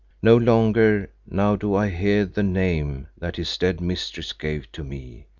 no longer now do i hear the name that his dead mistress gave to me.